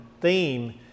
theme